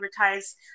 advertise